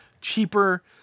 cheaper